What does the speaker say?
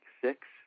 six